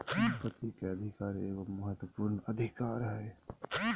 संपत्ति के अधिकार एगो महत्वपूर्ण अधिकार हइ